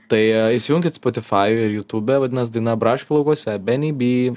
tai įsijunkit spotify ir jutube vadinas daina braškių laukuose benny b